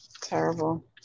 terrible